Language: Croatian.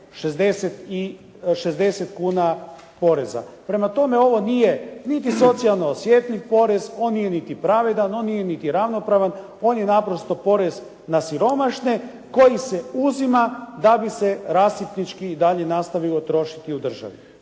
60 kuna poreza. Prema tome, ovo nije niti socijalno osjetljiv porez, on nije niti pravedan, on nije niti ravnopravan, on je naprosto porez na siromašne koji se uzima da bi se rasipnički i dalje nastavilo trošiti u državi.